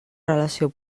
relació